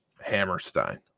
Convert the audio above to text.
Hammerstein